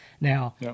Now